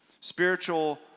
Spiritual